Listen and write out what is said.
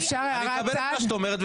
אני מקבל את מה שאת אומרת,